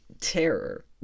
terror